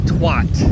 Twat